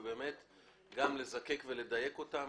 גם לזקק ולדייק אותה,